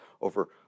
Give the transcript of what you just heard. over